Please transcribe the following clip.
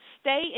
stay